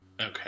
Okay